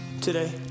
today